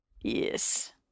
Yes